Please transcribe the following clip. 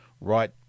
right